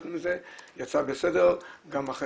חששנו מזה, אבל יצא בסדר, גם החלק